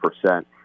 percent